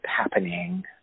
happening